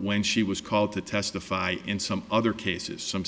when she was called to testify in some other cases some